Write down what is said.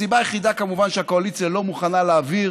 הסיבה היחידה, כמובן, שהקואליציה לא מוכנה להעביר